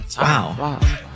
Wow